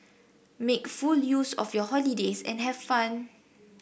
make full use of your holidays and have fun